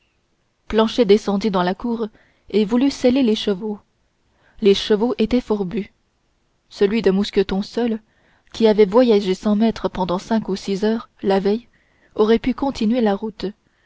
planchet descendit dans la cour et voulut seller les chevaux les chevaux étaient fourbus celui de mousqueton seul qui avait voyagé sans maître pendant cinq ou six heures la veille aurait pu continuer la route